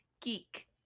Geek